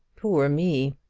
poor me!